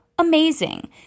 amazing